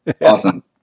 Awesome